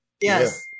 yes